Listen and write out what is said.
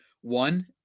one